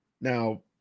now